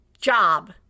job